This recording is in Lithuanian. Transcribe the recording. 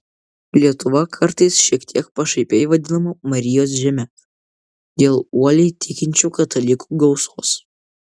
lietuva kartais šiek tiek pašaipiai vadinama marijos žeme dėl uoliai tikinčių katalikų gausos